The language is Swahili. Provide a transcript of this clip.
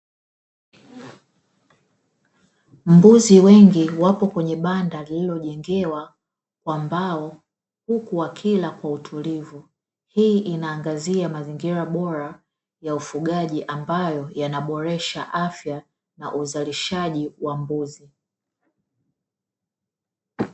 Mbuzi wengi wapo kwenye banda lililojengewa kwa mbao huku wakila kwa utulivu, hii inaangazia mazingira bora ya ufugaji ambayo yanaboresha afya na uzalishaji wa mbuzi.